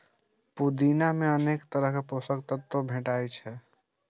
पुदीना मे अनेक तरहक पोषक तत्व भेटै छै